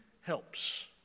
helps